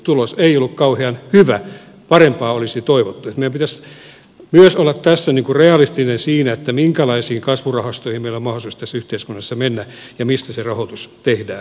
tulos ei ollut kauhean hyvä parempaa olisi toivottu niin että meidän pitäisi olla myös tässä realistisia siinä minkälaisiin kasvurahastoihin meillä on mahdollisuus tässä yhteiskunnassa mennä ja mistä se rahoitus tehdään